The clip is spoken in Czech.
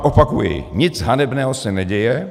Opakuji, nic hanebného se neděje.